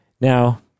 Now